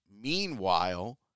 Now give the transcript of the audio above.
Meanwhile